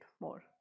more